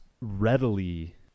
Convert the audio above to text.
readily